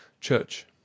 Church